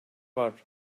var